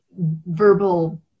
verbal